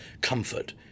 comfort